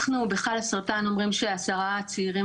אנחנו בחלאסרטן אומרים שכ-10 צעירים